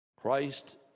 Christ